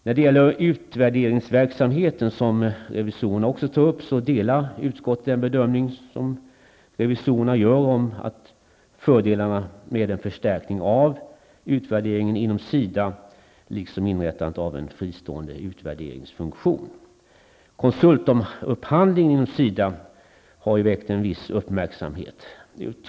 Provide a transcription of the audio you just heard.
När det gäller utvärderingsverksamheten, som revisorerna också tar upp, delar utskottet den bedömning som revisorerna gör när det gäller fördelarna med förstärkning av utvärderingen inom Konsultupphandlingen inom SIDA har ju väckt en viss uppmärksamhet.